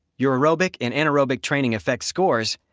your aerobic and anaerobic training effect scores,